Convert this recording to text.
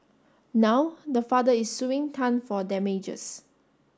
now the father is suing Tan for damages